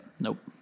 Nope